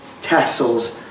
tassels